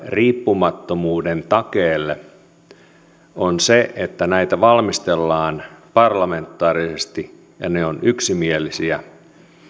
riippumattomuuden takeen kannalta on se että näitä valmistellaan parlamentaarisesti ja ne ovat yksimielisiä